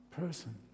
person